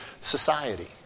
society